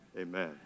amen